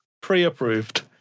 pre-approved